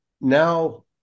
now